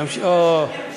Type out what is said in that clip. אתם יכולים להמשיך.